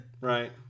right